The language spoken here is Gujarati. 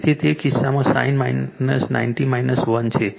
તેથી તે કિસ્સામાં sin 90 1 છે